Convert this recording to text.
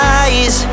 eyes